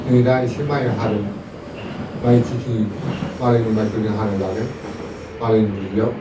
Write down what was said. नै दा एसे माइ हादों माइ खेथि मालायनि माइखौ जों हाना जादों मालायनि दुब्लियाव